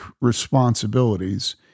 responsibilities